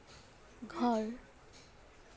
ঘৰ